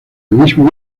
mismo